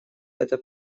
эта